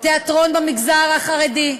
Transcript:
תיאטרון במגזר החרדי,